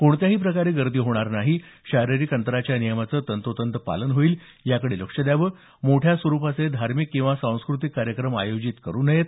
कोणत्याही प्रकारे गर्दी होणार नाही शारीरिक अंतराच्या नियमाचं तंतोतंत पालन होईल याकडे लक्ष द्यावं मोठ्या स्वरुपाचे धार्मिक किंवा सांस्कृतिक कार्यक्रम आयोजित करु नयेत